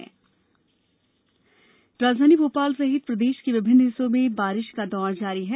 मौसम राजधानी भोपाल सहित प्रदेश के विभिन्न हिस्सों में बारिश का दौर जारी है